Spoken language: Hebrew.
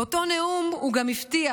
באותו נאום הוא גם הבטיח: